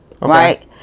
right